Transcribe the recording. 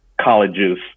colleges